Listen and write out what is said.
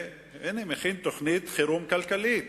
והנה הוא מכין תוכנית חירום כלכלית.